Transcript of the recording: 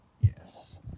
Yes